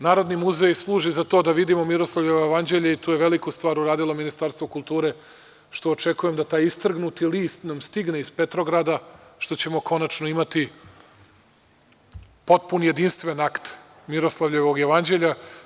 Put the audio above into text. Narodni muzej služi za to da vidimo Miroslavljevo jevanđelje i tu je veliku stvar uradilo Ministarstvo kulture, što očekujem da taj istrgnuti list nam stigne iz Petrograda, što ćemo konačno imati potpun, jedinstven akt Miroslavljevog jevanđelja.